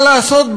מה לעשות,